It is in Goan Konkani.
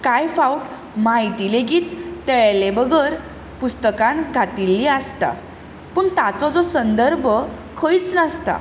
कांय फावट म्हायती लेगीत तेळेल्ले बगर पुस्तकांत घातिल्ली आसता पूण ताचो जो संदर्भ खंयच नासता